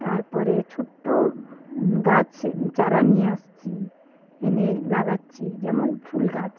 তার পরে ছোটো গাছ চারা নিয়ে আসছি এনে লাগাচ্ছি যেমন ফুল গাছ